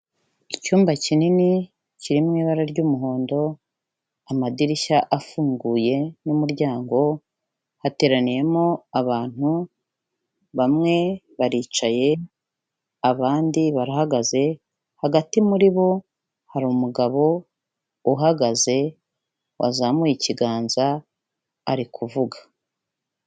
Icyumba kinini kiri mu ibara ry'umuhondo, amadirishya afunguye n'umuryango, hateraniyemo abantu, bamwe baricaye abandi barahagaze, hagati muri bo hari umugabo uhagaze, wazamuye ikiganza ari kuvuga.